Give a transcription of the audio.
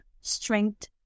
strength